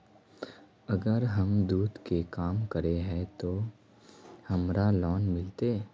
अगर हम दूध के काम करे है ते हमरा लोन मिलते?